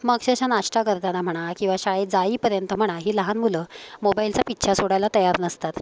मग अशी नाश्ता करताना म्हणा किंवा शाळेत जाईपर्यंत म्हणा ही लहान मुलं मोबाईलचा पिच्छा सोडायला तयार नसतात